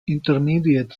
intermediate